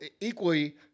equally